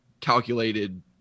calculated